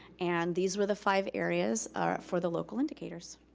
and these were the five areas for the local indicators.